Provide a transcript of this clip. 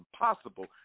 impossible